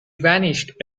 vanished